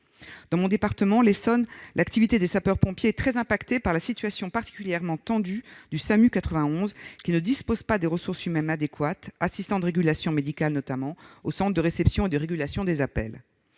Dans mon département, l'Essonne, l'activité des sapeurs-pompiers est très impactée par la situation particulièrement tendue du SAMU 91, qui ne dispose pas des ressources humaines adéquates, notamment d'assistants de régulation médicale, au centre de réception et de régulation des appels.